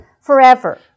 forever